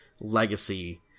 legacy